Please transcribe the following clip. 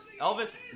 Elvis